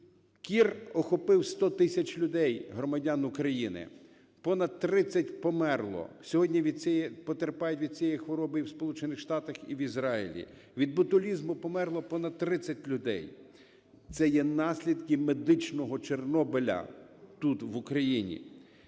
Кір охопив 100 тисяч людей, громадян України, понад 30 померло, сьогодні потерпають від цієї хвороби і в Сполучених Штатах, і в Ізраїлі, від ботулізму померло понад 30 людей, це є наслідки "медичного Чорнобиля" тут в Україні.